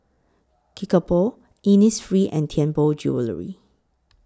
Kickapoo Innisfree and Tianpo Jewellery